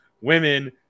women